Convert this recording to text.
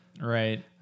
right